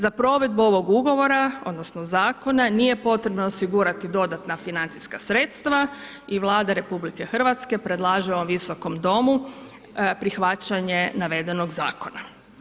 Za provedbu ovog ugovora, odnosno zakona nije potrebno osigurati dodatna financijska sredstva i Vlada RH predlaže ovom visokom domu prihvaćanje navedenog zakona.